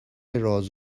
راز